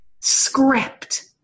script